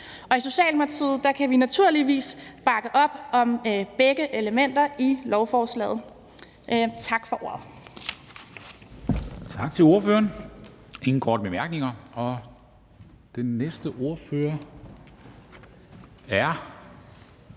I Socialdemokratiet kan vi naturligvis bakke op om begge elementer i lovforslaget. Tak for ordet.